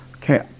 Okay